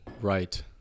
right